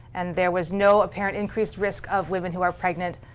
and there was no apparent increased risk of women who are pregnant.